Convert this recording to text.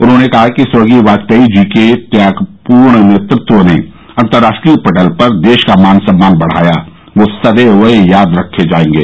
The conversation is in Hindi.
उन्होंने कहा कि स्वर्गीय बाजपेई जी के त्यागपूर्ण नेतृत्व ने अतर्राष्ट्रीय पटल पर देश का मान सम्मान बढाया वह सदैव याद रखे जायेंगे